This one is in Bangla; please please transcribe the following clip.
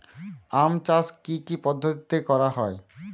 আম চাষ কি কি পদ্ধতিতে করা হয়?